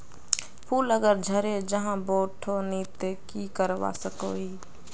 फूल अगर झरे जहा बोठो नी ते की करवा सकोहो ही?